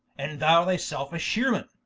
and thou thy selfe a sheareman,